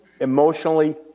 emotionally